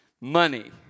money